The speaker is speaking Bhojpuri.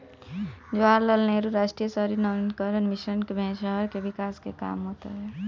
जवाहरलाल नेहरू राष्ट्रीय शहरी नवीनीकरण मिशन मे शहर के विकास कअ काम होत हवे